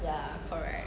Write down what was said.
ya correct